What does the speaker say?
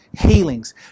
healings